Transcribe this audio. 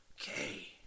Okay